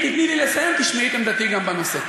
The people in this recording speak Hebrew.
אם תיתני לי לסיים, תשמעי את עמדתי גם בנושא.